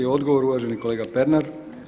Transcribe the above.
I odgovor uvaženi kolega Pernar.